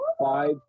five